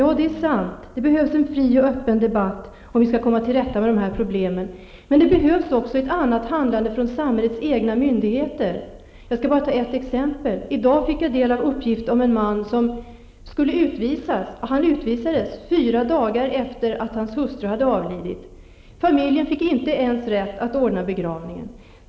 Ja, det är sant! Det behövs en fri och öppen debatt, om vi skall kunna komma till rätta med dessa problem, men det behövs också ett annat agerande från samhällets egna myndigheter. Jag skall bara ge ett exempel. I dag fick jag ta del av uppgifter om en man som skulle utvisas. Han utvisades fyra dagar efter det att hans hustru hade avlidit. Familjen hade inte ens rätt att ordna begravningen.